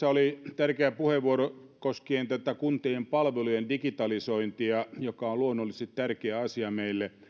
oli tärkeä puheenvuoro koskien tätä kuntien palvelujen digitalisointia mikä on luonnollisesti tärkeä asia meille